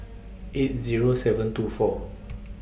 eight Zero seven two four